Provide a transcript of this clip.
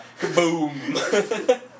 kaboom